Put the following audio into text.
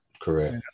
correct